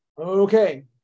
Okay